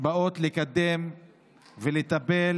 באים לקדם ולטפל